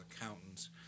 accountants